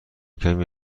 کمی